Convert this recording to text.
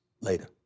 Later